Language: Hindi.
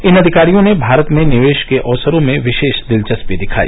इन अधिकारियों ने भारत में निवेश के अवसरों में विशेष दिलचस्पी दिखाई